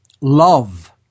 love